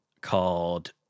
called